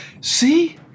see